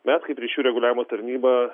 mes kaip ryšių reguliavimo tarnyba